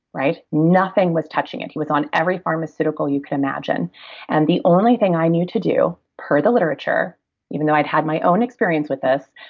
nothing was touching it. he was on every pharmaceutical you could imagine and the only thing i knew to do, per the literature even though i'd had my own experience with this,